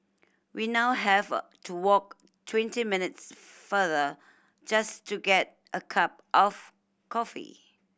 we now have a to walk twenty minutes farther just to get a cup of coffee